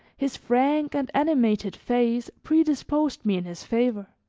his frank and animated face predisposed me in his favor.